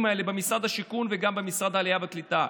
האלה במשרד השיכון וגם במשרד העלייה והקליטה.